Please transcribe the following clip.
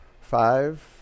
Five